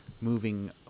moving